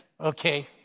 okay